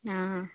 ആ ആ